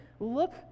Look